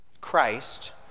Christ